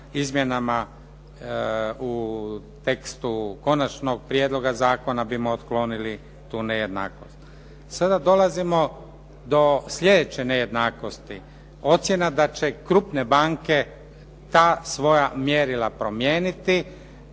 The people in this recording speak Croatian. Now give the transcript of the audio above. izmjenama u tekstu konačnog prijedloga zakona bi otklonili tu nejednakost. Sada dolazimo do sljedeće nejednakosti. Ocjena da će krupne banke ta svoja mjerila promijeniti